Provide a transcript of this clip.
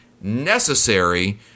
necessary